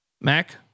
Mac